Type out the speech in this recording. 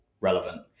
relevant